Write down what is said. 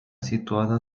situada